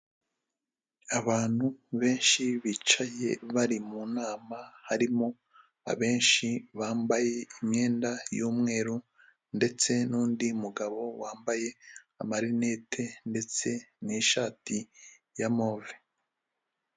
Abantu benshi bicaye bari mu nama harimo abenshi bambaye imyenda y'umweru ndetse n'undi mugabo wambaye amarinete ndetse n'ishati ya move.